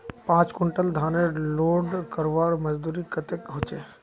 पाँच कुंटल धानेर लोड करवार मजदूरी कतेक होचए?